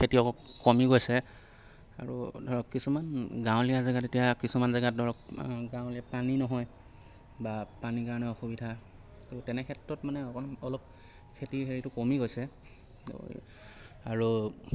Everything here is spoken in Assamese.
খেতিয়ক কমি গৈছে আৰু ধৰক কিছুমান গাঁৱলীয়া জেগাত এতিয়া কিছুমান ধৰক গাঁৱলীয়া পানী নহয় বা পানীৰ কাৰণে অসুবিধা তো তেনে ক্ষেত্ৰত মানে অকণ অলপ খেতিৰ হেৰিটো কমি গৈছে আৰু